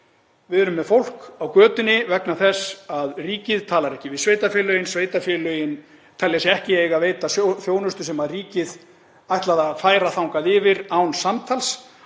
Við erum með fólk á götunni vegna þess að ríkið talar ekki við sveitarfélögin. Sveitarfélögin telja sig ekki eiga að veita þjónustu sem ríkið ætlaði að færa þangað yfir án samtals.